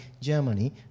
Germany